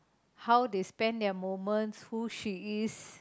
how they spent their moments who she is